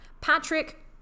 Patrick